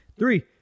Three